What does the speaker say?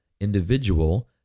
individual